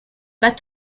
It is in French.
pas